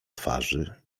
twarzy